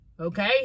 Okay